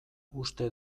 uste